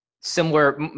Similar